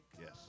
Yes